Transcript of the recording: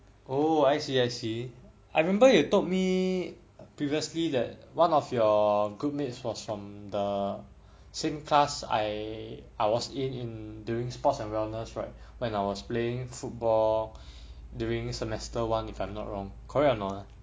oh I see I see I remember you told me a previously that one of your group mates was from the same class I I was in in during sports and wellness right when I was playing football during semester one if I'm not wrong correct or not ah